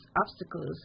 obstacles